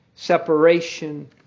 separation